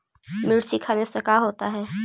मिर्ची खाने से का होता है?